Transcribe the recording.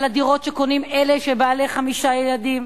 על הדירות שקונים אלה שהם בעלי חמישה ילדים?